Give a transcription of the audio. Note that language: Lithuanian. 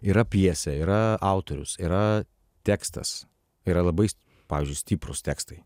yra pjesė yra autorius yra tekstas yra labai pavyzdžiui stiprūs tekstai